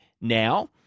now